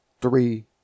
three